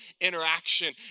interaction